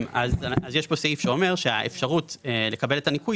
יש כאן סעיף שאומר שהאפשרות לקבל את הניכוי